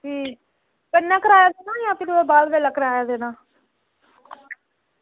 हून गै किराया देना जां भी बाद बेल्लै किराया देना